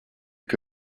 que